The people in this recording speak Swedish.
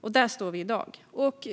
Där står vi i dag.